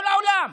כל העולם.